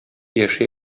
яши